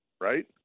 right